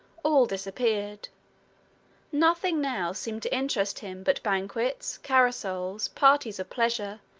all disappeared nothing now seemed to interest him but banquets, carousals, parties of pleasure,